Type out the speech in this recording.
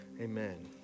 Amen